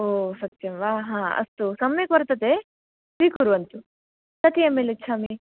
ओ सत्यं वा हा अस्तु सम्यक् वर्तते स्वीकुर्वन्तु कति एम् एल् इच्छामि